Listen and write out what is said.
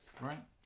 right